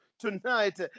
tonight